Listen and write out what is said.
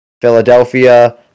Philadelphia